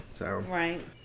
Right